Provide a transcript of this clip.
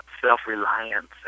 self-reliance